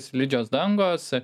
slidžios dangos